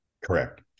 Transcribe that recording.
Correct